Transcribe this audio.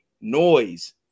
noise